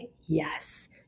yes